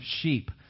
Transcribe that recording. Sheep